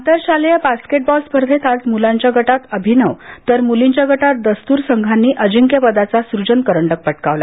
आंतरशालेय बास्केटबॉल स्पर्धेत आज मुलांच्या गटात अभिनव तर मुलींच्या गटात दस्तुर संघांनी अजिंक्यपदाचा सूजन करंडक पटकावला